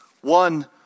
One